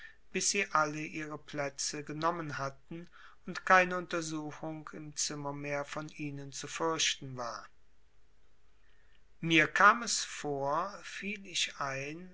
bis sie alle ihre plätze genommen hatten und keine untersuchung im zimmer mehr von ihnen zu fürchten war mir kam es vor fiel ich ein